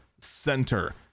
center